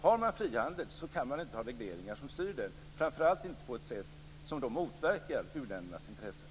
Har man frihandel kan man inte ha regleringar som styr den, framför allt inte så att det motverkar u-ländernas intressen.